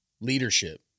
leadership